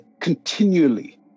continually